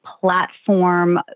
platform